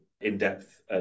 in-depth